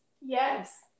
Yes